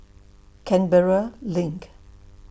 Canberra LINK